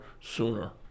sooner